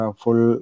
full